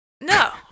No